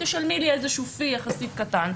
תשלמי לי משהו יחסית קטן,